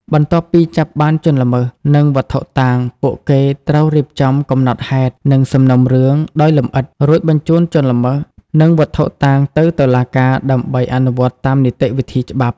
បន្ទាប់ពីចាប់បានជនល្មើស និងវត្ថុតាង ពួកគេត្រូវរៀបចំ កំណត់ហេតុ និងសំណុំរឿង ដោយលម្អិត រួចបញ្ជូនជនល្មើស និងវត្ថុតាងទៅតុលាការដើម្បីអនុវត្តតាមនីតិវិធីច្បាប់។